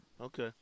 okay